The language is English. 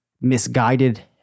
misguided